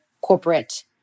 corporate